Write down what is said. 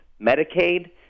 Medicaid